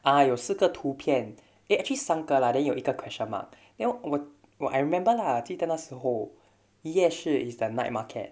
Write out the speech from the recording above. ah 有四个图片 eh actually 三个 lah then 有一个 question mark then 我我 I remember lah 记得那时候夜市 is the night market